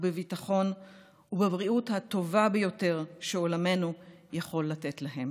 בביטחון ובבריאות הטובה ביותר שעולמנו יכול לתת להם.